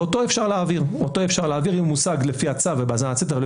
ואותו אפשר להעביר אם הוא הושג לפי הצו ובהאזנת סתר,